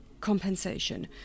compensation